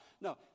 no